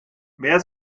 wer